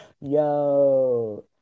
Yo